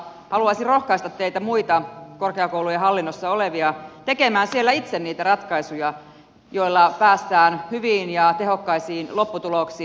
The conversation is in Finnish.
haluaisin rohkaista teitä muita korkeakoulujen hallinnossa olevia tekemään siellä itse niitä ratkaisuja joilla päästään hyviin ja tehokkaisiin lopputuloksiin